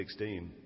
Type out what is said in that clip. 2016